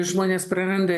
žmonės praranda